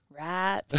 Right